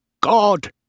God